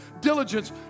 diligence